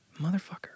Motherfucker